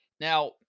Now